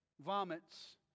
vomits